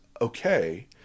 okay